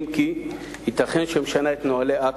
אם כי ייתכן שהיא משנה את נוהלי אכ"א,